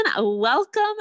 welcome